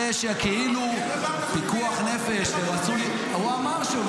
שכאילו קיפוח נפש -- הוא אמר שיש דבר דחוף מלהחזיר את החטופים.